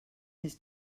his